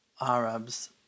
Arabs